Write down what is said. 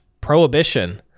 Prohibition